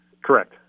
Correct